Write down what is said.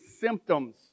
symptoms